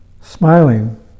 Smiling